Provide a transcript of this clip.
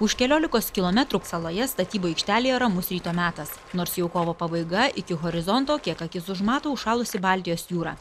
už keliolikos kilometrų saloje statybų aikštelėje ramus ryto metas nors jau kovo pabaiga iki horizonto kiek akis užmato užšalusi baltijos jūra